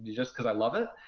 just because i love it.